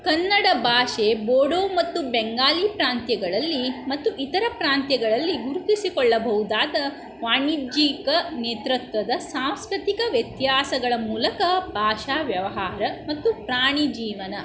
ಕನ್ನಡ ಭಾಷೆ ಬೋಡೋ ಮತ್ತು ಬೆಂಗಾಲಿ ಪ್ರಾಂತ್ಯಗಳಲ್ಲಿ ಮತ್ತು ಇತರ ಪ್ರಾಂತ್ಯಗಳಲ್ಲಿ ಗುರುತಿಸಿಕೊಳ್ಳಬಹುದಾದ ವಾಣಿಜ್ಯಿಕ ನೇತೃತ್ವದ ಸಾಂಸ್ಕೃತಿಕ ವ್ಯತ್ಯಾಸಗಳ ಮೂಲಕ ಭಾಷಾ ವ್ಯವಹಾರ ಮತ್ತು ಪ್ರಾಣಿ ಜೀವನ